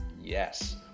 yes